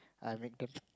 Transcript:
I make them